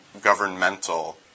governmental